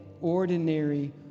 ordinary